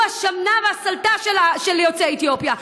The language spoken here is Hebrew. הוא מהשמנה והסלתה של יוצאי אתיופיה,